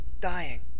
dying